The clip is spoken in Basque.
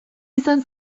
izan